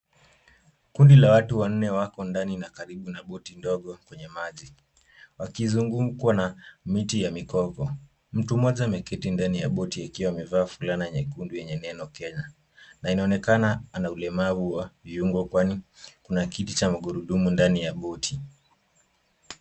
Kundi la watu wanne wako ndani na karibu na boti ndogo kwenye maji, wakizungukwa na miti ya migogo. Mtu mmoja ameketi ndani ya boti akiwa amevaa fulana nyekundu yenye neno Kenya na inaonekana ana ulemavu wa viungo kwani kuna kiti cha magurudumu ndani ya boti.